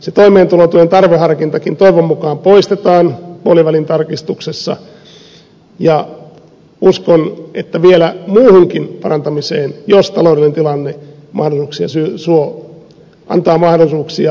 se toimeentulotuen tarveharkintakin toivon mukaan poistetaan puolivälin tarkistuksessa ja uskon vielä muuhunkin parantamiseen jos taloudellinen tilanne antaa mahdollisuuksia